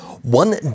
One